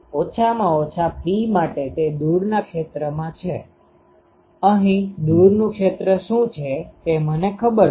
ઓછામાં ઓછા P માટે તે દૂરના ક્ષેત્રમાં છે અહીં દુરનુ ક્ષેત્ર શું છે તે મને ખબર છે